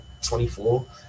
24